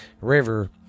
River